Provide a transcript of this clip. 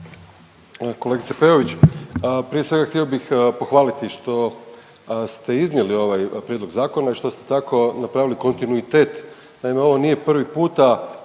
Kolegice Peović, prije svega htio bih pohvaliti što ste iznijeli ovaj prijedlog zakona i što ste tako napravili kontinuitet.